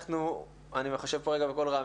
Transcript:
אני חושב בקול רם,